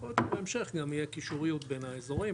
יכול להיות שבהמשך גם תהיה קישוריות בין האזורים,